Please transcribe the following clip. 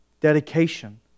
dedication